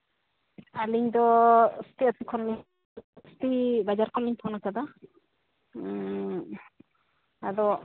ᱟᱹᱞᱤᱧ ᱫᱚ ᱩᱥᱛᱤ ᱟᱛᱳ ᱠᱷᱚᱱ ᱞᱤᱧ ᱩᱥᱛᱤ ᱵᱟᱡᱟᱨ ᱠᱷᱚᱱ ᱞᱤᱧ ᱯᱷᱳᱱ ᱟᱠᱟᱫᱟ ᱟᱫᱚ